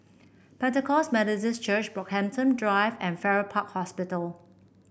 Pentecost Methodist Church Brockhampton Drive and Farrer Park Hospital